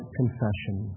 confession